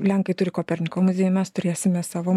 lenkai turi koperniko muziejų mes turėsime savo